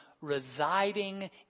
residing